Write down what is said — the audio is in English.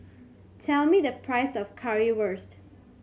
tell me the price of Currywurst